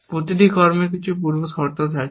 প্রতিটি কর্মের কিছু পূর্ব শর্ত থাকে